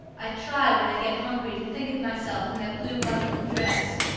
i try when i get hungry to think of myself in that blue muslin dress.